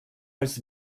als